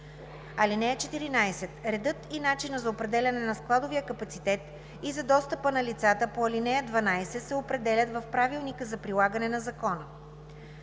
(14) Редът и начинът за определяне на складовия капацитет и за достъпа на лицата по ал. 12 се определят в правилника за прилагане на закона.“